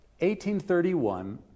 1831